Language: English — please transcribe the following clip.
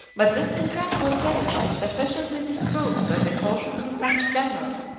but this incredible tale is sufficiently disproved by the caution of the french general,